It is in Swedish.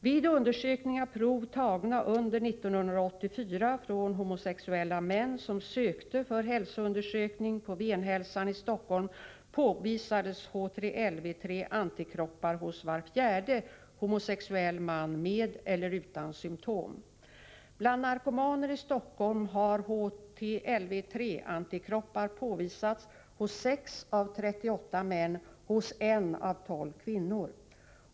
Vid undersökning av prov tagna under 1984 från homosexuella män som vände sig till Venhälsan i Stockholm för hälsoundersökning påvisades HTLV III-antikroppar hos var fjärde homosexuell man med eller utan symtom. Bland narkomaner i Stockholm har HTLV III-antikroppar påvisats hos 6 av 38 män, hos 1 av 12 kvinnor.